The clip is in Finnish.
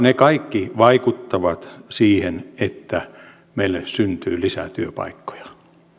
ne kaikki vaikuttavat siihen että meille syntyy lisää työpaikkoja